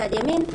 בצד ימין.